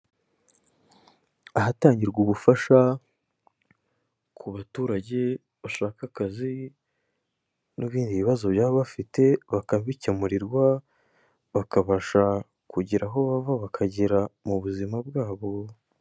Ahatangirwa ubufasha ku baturage bashaka akazi n'ibindi bibazo baba bafite bakabikemurirwa bakabasha kugira aho bava bakagera mubuzima bwabo.